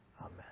Amen